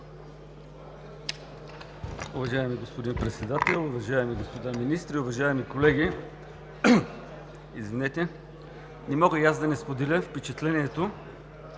Уважаеми господин Председател, уважаеми господа министри, уважаеми колеги! Не мога и аз да не споделя впечатлението,